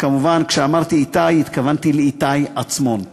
וכמובן שכשאמרתי איתי, התכוונתי לאיתי עצמון.